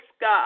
God